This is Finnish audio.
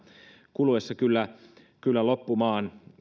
kuluessa kyllä kyllä loppumaan